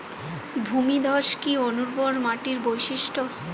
ভূমিধস কি অনুর্বর মাটির বৈশিষ্ট্য?